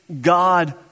God